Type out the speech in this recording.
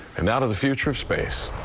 and now to the future of space.